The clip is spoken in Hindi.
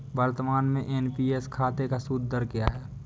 वर्तमान में एन.पी.एस खाते का सूद दर क्या है?